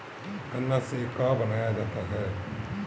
गान्ना से का बनाया जाता है?